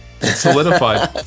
solidified